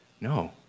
No